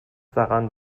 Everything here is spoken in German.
daran